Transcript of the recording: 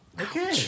Okay